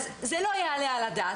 אז זה לא יעלה על הדעת,